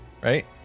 right